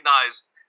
recognized